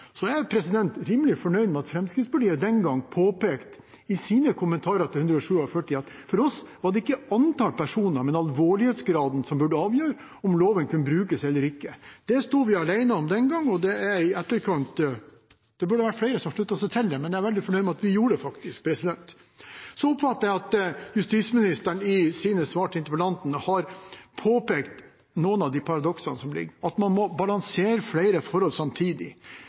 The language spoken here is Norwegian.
er jeg rimelig fornøyd med at Fremskrittspartiet i sine kommentarer til § 147 den gang påpekte at for oss var det ikke antall personer, men alvorlighetsgraden som burde avgjøre om loven kunne brukes eller ikke. Det sto vi alene om den gangen. Det burde flere sluttet seg til. Jeg er veldig fornøyd med at vi faktisk gjorde det. Så oppfatter jeg at justisministeren i sine svar til interpellanten har påpekt noen av paradoksene som ligger der, at man må balansere flere forhold samtidig.